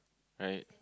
right